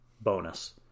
bonus